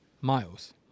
miles